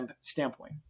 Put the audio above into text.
standpoint